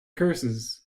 curses